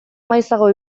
maizago